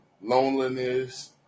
loneliness